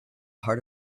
heart